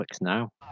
now